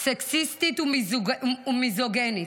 סקסיסטית ומיזוגינית.